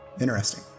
interesting